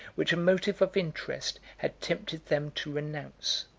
which a motive of interest had tempted them to renounce.